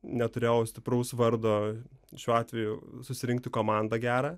neturėjau stipraus vardo šiuo atveju susirinkti komandą gerą